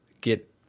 get